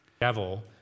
Devil